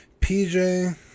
PJ